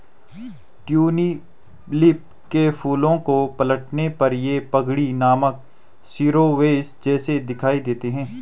tulip के फूलों को पलटने पर ये पगड़ी नामक शिरोवेश जैसे दिखाई देते हैं